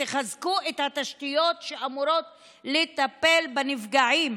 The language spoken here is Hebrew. תחזקו את התשתיות שאמורות לטפל בנפגעים.